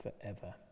forever